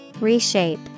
Reshape